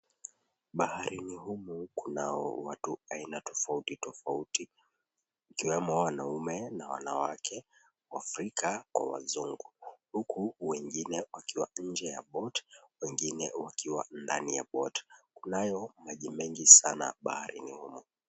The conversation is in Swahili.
Baharini humu kunao watu aina tofauti tofauti, ikiwemo wanaume na wanawake, waafrika kwa wazungu. Huku wengine wakiwa nje ya boat , wengine wakiwa ndani ya boat . Kunayo maji mengi sana baharini humu.